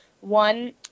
one